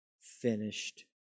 finished